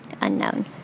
Unknown